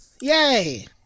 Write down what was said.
Yay